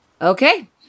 Okay